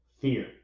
fear